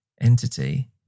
entity